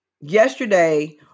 Yesterday